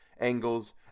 angles